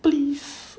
please